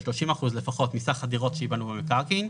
30 אחוזים לפחות מסך הדירות שישיבנו במקרקעין,